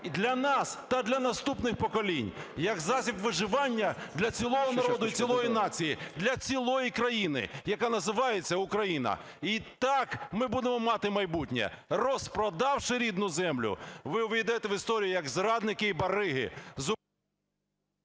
для нас та для наступних поколінь, як засіб виживання для цілого народу і цілої нації, для цілої країни, яка називається Україна. І так ми будемо мати майбутнє. Розпродавши рідну землю, ви увійдете в історію як зрадники і "бариги"…